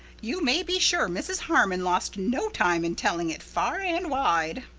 you may be sure mrs. harmon lost no time in telling it far and wide.